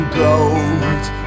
gold